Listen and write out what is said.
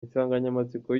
insanganyamatsiko